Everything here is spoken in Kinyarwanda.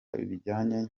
bijyanye